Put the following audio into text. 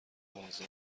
آذر